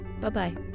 Bye-bye